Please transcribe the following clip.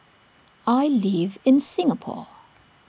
I live in Singapore